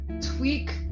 tweak